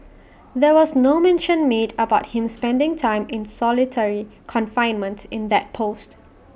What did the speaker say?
there was no mention made about him spending time in solitary confinement in that post